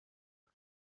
суд